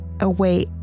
away